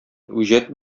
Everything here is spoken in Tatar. үҗәт